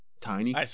tiny